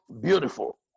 Beautiful